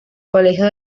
colegio